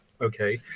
okay